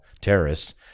terrorists